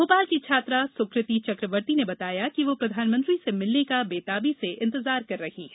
भोपाल की छात्रा सुकृति चक्रवर्ती ने बताया कि वो प्रधानमंत्री से मिलने का बेताबी से इंतजार कर रही हैं